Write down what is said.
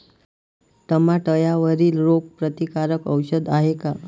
टमाट्यावरील रोग प्रतीकारक औषध हाये का?